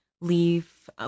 leave